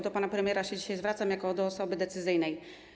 Do pana premiera dzisiaj się zwracam jako do osoby decyzyjnej.